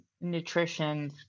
nutrition